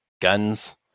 guns